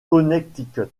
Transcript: connecticut